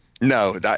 No